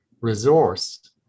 resource